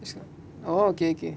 oh okay okay